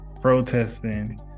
Protesting